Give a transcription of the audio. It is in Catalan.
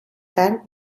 tard